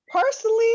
personally